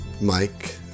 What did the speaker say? Mike